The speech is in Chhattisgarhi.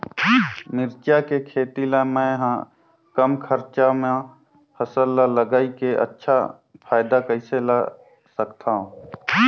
मिरचा के खेती ला मै ह कम खरचा मा फसल ला लगई के अच्छा फायदा कइसे ला सकथव?